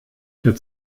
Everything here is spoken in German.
der